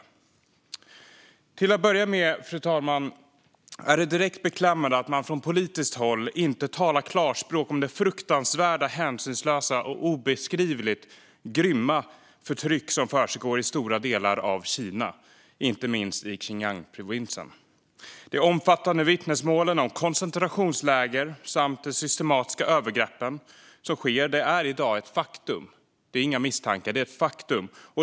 Till att börja med, fru talman, är det direkt beklämmande att man från politiskt håll inte talar klarspråk om det fruktansvärda, hänsynslösa och obeskrivligt grymma förtryck som försiggår i stora delar av Kina, inte minst i Xinjiangprovinsen. De omfattande vittnesmålen om koncentrationsläger samt de systematiska övergreppen som sker är i dag ett faktum, och inte bara misstankar.